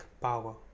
power